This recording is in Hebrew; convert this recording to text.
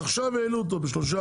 עכשיו העלו אותו ב-3%.